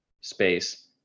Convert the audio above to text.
space